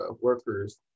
workers